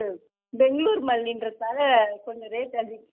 பெங்களூர் மல்லின்றதால் கொஞ்சம் ரேட் அதிகம்